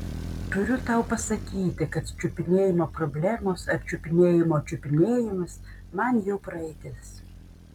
turiu tau pasakyti kad čiupinėjimo problemos ar čiupinėjimo čiupinėjimas man jau praeitis